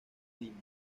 lima